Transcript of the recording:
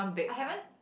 I haven't